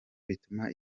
bituma